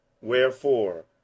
Wherefore